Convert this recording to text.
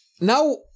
now